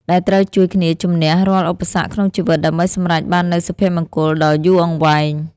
ដែលត្រូវជួយគ្នាជម្នះរាល់ឧបសគ្គក្នុងជីវិតដើម្បីសម្រេចបាននូវសុភមង្គលដ៏យូរអង្វែង។